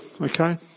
okay